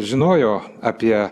žinojo apie